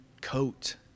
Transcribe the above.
coat